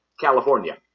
California